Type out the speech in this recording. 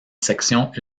sections